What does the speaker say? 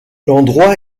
l’endroit